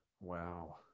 Wow